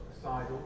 aside